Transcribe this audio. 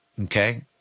Okay